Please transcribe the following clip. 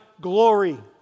glory